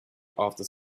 after